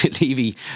Levy